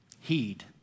Heed